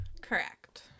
Correct